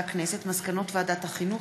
מסקנות ועדת החינוך,